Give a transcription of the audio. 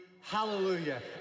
hallelujah